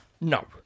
No